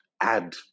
add